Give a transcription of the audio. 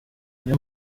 niyo